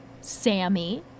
Sammy